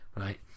right